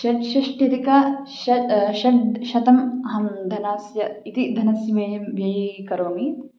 षट्षष्ट्यधिकं ष षड् शतम् अहं धनस्य इति धनस्य व्ययं व्ययीकरोमि